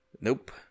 nope